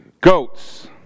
Goats